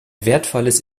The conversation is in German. wertvolles